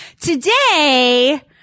today